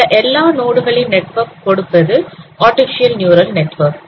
இந்த எல்லா நோடுகளின் நெட்வொர்க் கொடுப்பது ஆர்டிபிசியல் நியூரல் நெட்வொர்க்